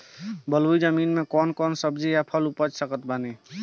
बलुई जमीन मे कौन कौन सब्जी या फल उपजा सकत बानी?